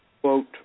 quote